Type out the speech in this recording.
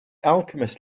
alchemist